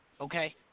Okay